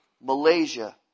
Malaysia